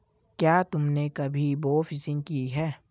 क्या तुमने कभी बोफिशिंग की है?